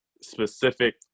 specific –